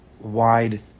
wide